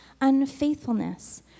unfaithfulness